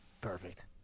Perfect